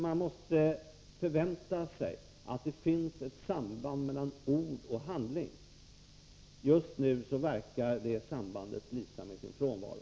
Man måste förvänta sig att det finns ett samband mellan ord och handling. Just nu verkar det sambandet lysa med sin frånvaro.